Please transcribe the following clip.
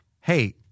hey